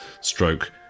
stroke